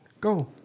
go